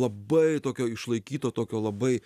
labai tokio išlaikyto tokio labai